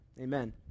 Amen